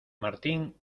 martín